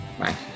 Bye